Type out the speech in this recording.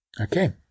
Okay